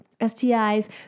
STIs